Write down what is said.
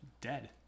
dead